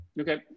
Okay